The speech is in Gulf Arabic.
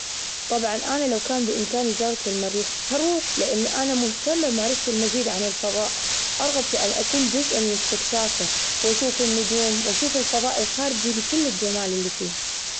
طبعا أنا لو كان بإمكاني إزالة المريخ حروح، لإني أنا مهتمة بمعرفة المزيد عن الفظاء، أرغب في ان أكون جزء من استكشافه، وأشوف النجوم وأشوف الفضاء الخارجي بكل الجمال اللي فيه.